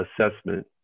assessment